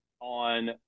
on